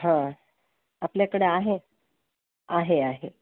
हा आपल्याकडं आहे आहे आहे